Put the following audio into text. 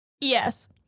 Yes